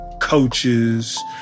coaches